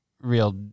real